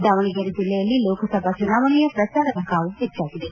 ದಾವಣಗೆರೆ ಜಿಲ್ಲೆಯಲ್ಲಿ ಲೋಕಸಭಾ ಚುನಾವಣೆಯ ಪ್ರಚಾರದ ಕಾವು ಹೆಚ್ಚಾಗಿದೆ